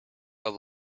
were